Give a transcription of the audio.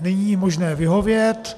není ji možné vyhovět.